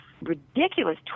ridiculous